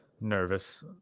Nervous